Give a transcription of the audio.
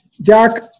Jack